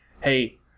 hey